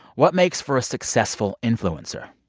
what makes for a successful influencer?